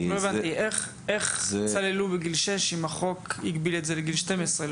איך צללו בגיל שש אם החוק הגביל את זה לגיל 12?